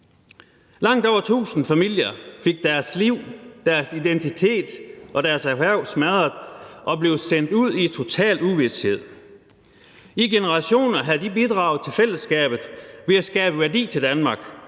Langt over tusind familier fik deres liv, deres identitet og deres erhverv smadret og blev sendt ud i total uvished. I generationer havde de bidraget til fællesskabet ved at skabe værdi til Danmark